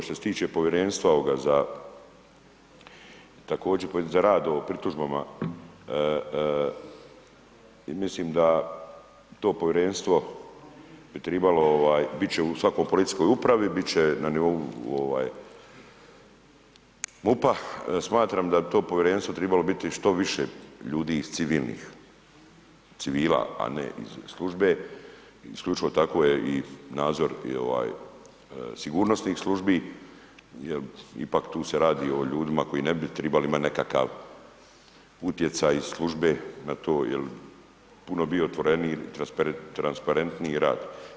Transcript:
Što se tiče povjerenstva ovoga za također, za rad o pritužbama i mislim da to povjerenstvo bi tribalo ovaj, bit će u svakoj policijskoj upravi, bit će na nivou MUP-a, smatram da bi to povjerenstvo tribalo biti što više ljudi iz civilnih, civila, a ne iz službe, isključivo tako je i nadzor i ovaj sigurnosnih službi jel ipak tu se radi o ljudima koji ne bi tribali imati nekakav utjecaj iz službe na to jel puno bi bio otvoreniji i transparentniji rad.